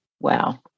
Wow